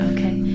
Okay